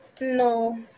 No